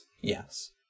Yes